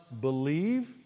believe